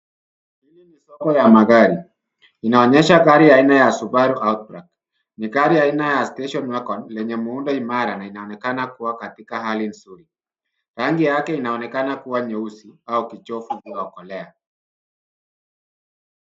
Hili ni soko ya magari. Inaonyesha gari aina ya Subaru Outback . Ni gari aina ya station wagon lenye muundo imara na inaonekana kuwa katika hali nzuri. Rangi yake inaonekana kuwa nyeusi au kijivu iliyokolea.